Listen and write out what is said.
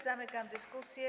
Zamykam dyskusję.